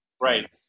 Right